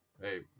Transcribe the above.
Hey